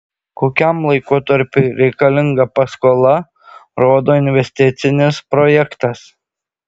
kokiam laikotarpiui reikalinga paskola rodo investicinis projektas